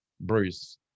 Bruce